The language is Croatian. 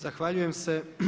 Zahvaljujem se.